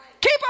Keep